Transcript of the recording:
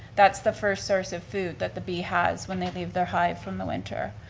that's the first source of food that the bee has when they leave their hive from the winter.